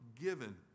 given